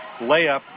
layup